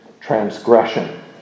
transgression